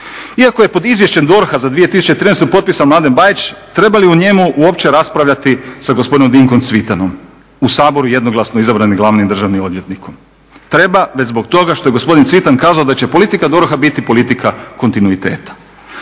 Iako je pod Izvješćem DORH-a za 2013. potpisan Mladen Bajić, treba li o njemu uopće raspravljati sa gospodinom Dinkom Cvitanom u Saboru jednoglasno izabranim glavnim državnim odvjetnikom? Treba već zbog toga što je gospodin Cvitan kazao da će politika DORH-a biti politika kontinuiteta.